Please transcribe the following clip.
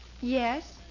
Yes